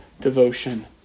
devotion